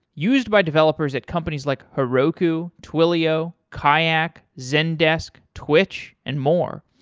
used by developers at companies like heroku, twilio, kayak, zendesk, twitch, and more.